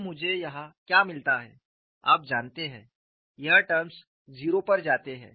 तो मुझे यहाँ क्या मिलता है आप जानते हैं ये टर्म्स 0 पर जाते हैं